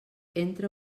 entra